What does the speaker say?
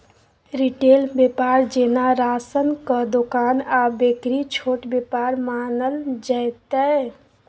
retail बेपार जेना राशनक दोकान आ बेकरी छोट बेपार मानल जेतै